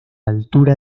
altura